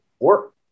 work